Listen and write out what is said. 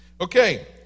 Okay